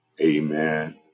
Amen